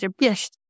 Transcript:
yes